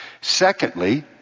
Secondly